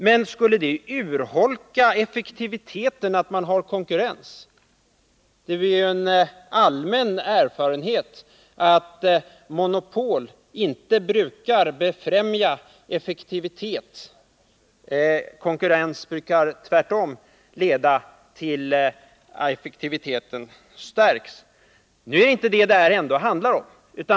Men skulle det urholka effektiviteten att man har konkurrens? Det är ju en allmän erfarenhet att monopol inte brukar befrämja effektivitet. Konkurrens brukar tvärtom leda till att effektiviteten stärks. Men det är inte effektiviteten det i första hand handlar om.